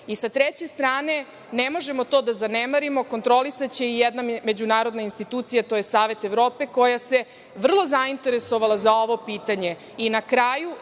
S treće strane, ne možemo to da zanemarimo, kontrolisaće to i jedna međunarodna institucija, a to je Savet Evrope, koja se vrlo zainteresovala za ovo pitanje.I,